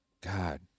God